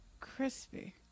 crispy